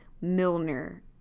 Milner